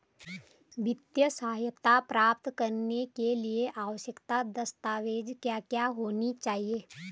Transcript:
वित्तीय सहायता प्राप्त करने के लिए आवश्यक दस्तावेज क्या क्या होनी चाहिए?